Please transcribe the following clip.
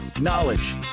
knowledge